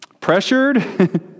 pressured